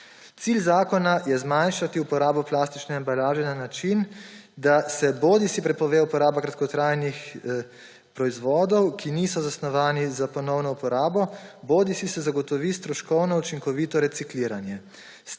Cilj zakona je zmanjšati uporabo plastične embalaže na način, da se bodisi prepove uporabo kratkotrajnih proizvodov, ki niso zasnovani za ponovno uporabo, bodisi se zagotovi stroškovno učinkovito recikliranje.